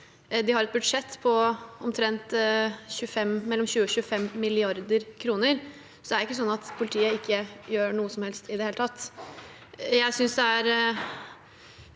De har et budsjett på mellom 20 og 25 mrd. kr, så det er ikke sånn at politiet ikke gjør noe som helst i det hele tatt.